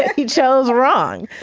he chose wrong